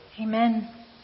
amen